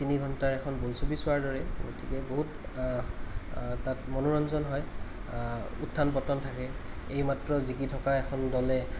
তিনি ঘণ্টাৰ এখন বোলছবি চোৱাৰ দৰে গতিকে বহুত তাত মনোৰঞ্জন হয় উত্থান পতন থাকে এইমাত্ৰ জিকি থকা এখন দলে